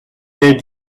des